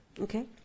okay